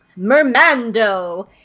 Mermando